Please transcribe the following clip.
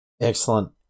Excellent